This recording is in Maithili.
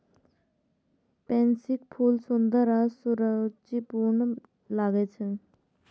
पैंसीक फूल सुंदर आ सुरुचिपूर्ण लागै छै